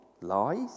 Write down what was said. Lies